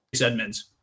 Edmonds